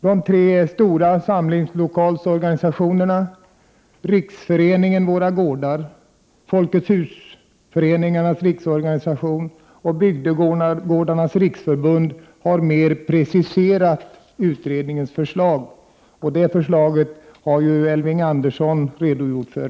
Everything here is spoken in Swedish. De tre stora samlingslokalsorganisationerna Riksföreningen Våra gårdar, Folkets husföreningarnas riksorganisation och Bygdegårdarnas riksförbund har mera preciserat utredningens förslag. Det förslaget har Elving Andersson redogjort för.